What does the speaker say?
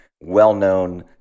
well-known